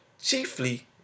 chiefly